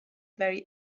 very